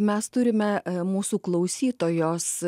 mes turime mūsų klausytojos